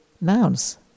nouns